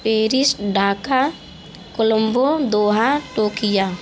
Paris Dhaka Colombo Doha Tokyo